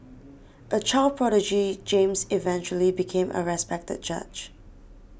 a child prodigy James eventually became a respected judge